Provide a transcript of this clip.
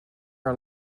our